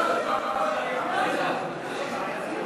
כהצעת הוועדה, נתקבל.